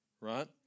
Right